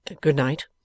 Good-night